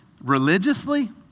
Religiously